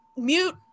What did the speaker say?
Mute